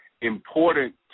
important